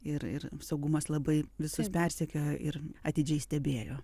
ir ir saugumas labai visus persekiojo ir atidžiai stebėjo